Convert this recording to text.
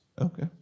Okay